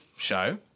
Show